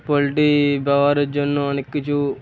poultry ব্যবহারের জন্য অনেক কিছু